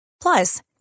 Plus